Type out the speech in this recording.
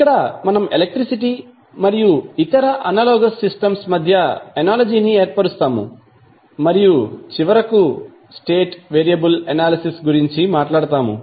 ఇక్కడ మనం ఎలక్ట్రిసిటీ మరియు ఇతర అనాలోగస్ సిస్టమ్స్ మధ్య అనాలజీ ని ఏర్పరుస్తాము మరియు చివరకు స్టేట్ వేరియబుల్ ఎనాలిసిస్ గురించి మాట్లాడుతాము